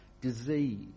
Disease